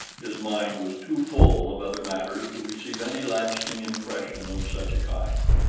his mind was too full of other matters to receive any lasting impression of such a kind.